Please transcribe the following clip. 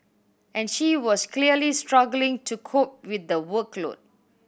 and she was clearly struggling to cope with the workload